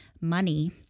money